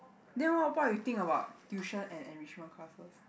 then what about you think about tuition and enrichment classes